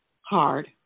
Hard